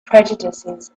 prejudices